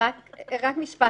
משפט.